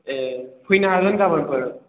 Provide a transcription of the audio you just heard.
ए फैनो हागोन गाबोनफोर